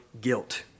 guilt